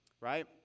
Right